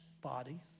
body